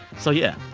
so yeah.